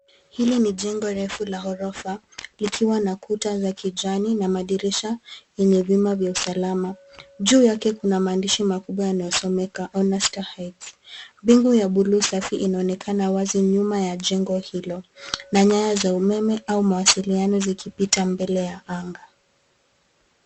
Hili ni jengo refu la g lina orofa likiwa na kuta za kijani na madirisha yenye vyuma vya usalama. Juu yake kuna maandishi makubwa yanayosomeka Honorstar Heights. Bingu ya buluu safi inaonekana wazi nyuma ya jengo hilo na nyaya za umeme au mawasiliano zikipita mbele ya bango.